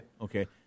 Okay